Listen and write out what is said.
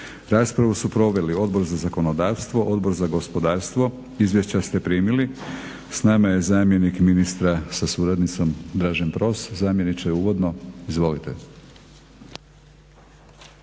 Raspravu su proveli Odbor za zakonodavstvo, Odbor za gospodarstvo. Izvješća ste primili. Sa nama je zamjenik ministra sa suradnicom Dražen Pros. Zamjeniče uvodno. Izvolite.